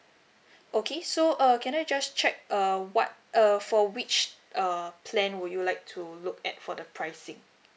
okay so uh can I just check uh what err for which uh plan would you like to look at for the pricing